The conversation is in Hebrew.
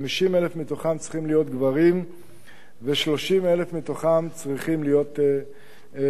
50,000 מתוכם צריכים להיות גברים ו-30,000 מתוכם צריכים להיות נשים.